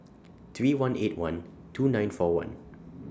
three one eight one two nine four one